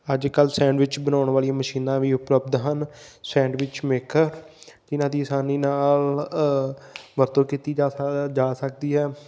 ਅੱਜ ਕੱਲ੍ਹ ਸੈਂਡਵਿਚ ਬਣਾਉਣ ਵਾਲੀਆਂ ਮਸ਼ੀਨਾਂ ਵੀ ਉਪਲੱਬਧ ਹਨ ਸੈਂਡਵਿਚ ਮੇਖ ਇਹਨਾਂ ਦੀ ਆਸਾਨੀ ਨਾਲ ਵਰਤੋਂ ਕੀਤੀ ਜਾ ਸਕ ਜਾ ਸਕਦੀ ਹੈ